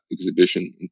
exhibition